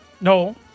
no